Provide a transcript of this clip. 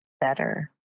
better